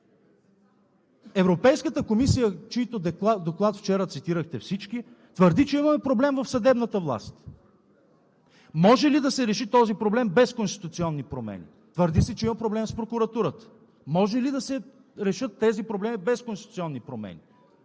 Европейската комисия, чийто доклад цитирахте всички вчера, твърди, че имаме проблем в съдебната власт. Може ли да се реши този проблем без конституционни промени? Твърди се, че има проблем с прокуратурата. Може ли да се решат тези проблеми без конституционни промени?